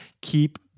keep